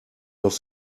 doch